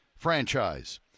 franchise